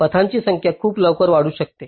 पथांची संख्या खूप लवकर वाढू शकते